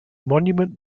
monument